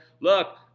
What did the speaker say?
look